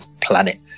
planet